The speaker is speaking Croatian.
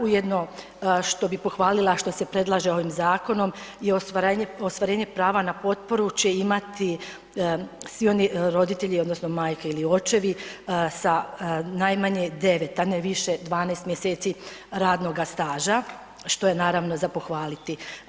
Ujedno što bih pohvalila što se predlaže ovim zakonom je ostvarenje prava na potporu će imati svi oni roditelji odnosno majke ili očevi sa najmanje 9, a ne više 12 mjeseci radnoga staža, što je naravno za pohvaliti.